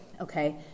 Okay